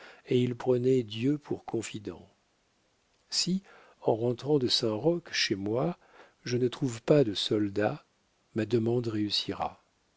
et il prenait dieu pour confident si en rentrant de saint-roch chez moi je ne trouve pas de soldat ma demande réussira